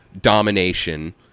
domination